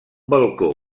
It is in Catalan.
balcó